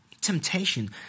temptation